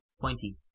Pointy